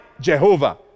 Jehovah